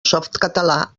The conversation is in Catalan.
softcatalà